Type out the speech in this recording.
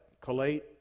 collate